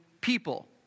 people